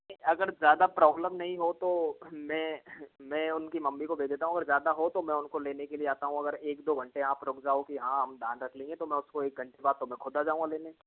अगर ज़्यादा प्रॉब्लम नहीं हो तो मैं मैं उनकी मम्मी को भेज देता हूँ अगर ज़्यादा हो तो मैं उनको लेने के लिए आता हूँ अगर एक दो घंटे आप रुक जाओ की हाँ हम ध्यान रखेंगे तो मैं उसको एक घंटे बाद तो मैं खुद आ जाऊंगा लेने